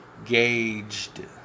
gauged